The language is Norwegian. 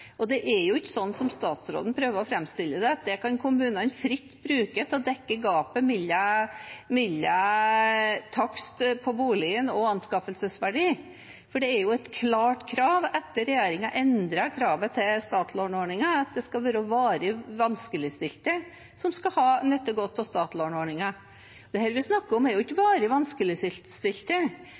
Det er jo ikke slik som statsråden prøver å framstille det, at det kan kommunene fritt bruke til å tette gapet mellom taksten på boligen og anskaffelsesverdien. Det er jo et klart krav etter at regjeringen endret kravet til startlånsordningen, at det skal være varig vanskeligstilte som skal nyte godt av startlånsordningen. Det vi snakker om, er jo ikke varig